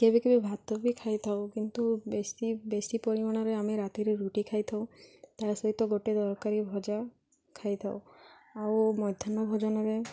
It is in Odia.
କେବେ କେବେ ଭାତ ବି ଖାଇ ଥାଉ କିନ୍ତୁ ବେଶୀ ବେଶୀ ପରିମାଣରେ ଆମେ ରାତିରେ ରୁଟି ଖାଇ ଥାଉ ତା ସହିତ ଗୋଟେ ତରକାରୀ ଭଜା ଖାଇଥାଉ ଆଉ ମଧ୍ୟାହ୍ନ ଭୋଜନରେ